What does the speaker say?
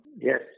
Yes